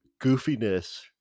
goofiness